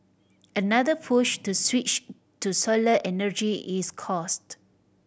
another push to switch to solar energy is cost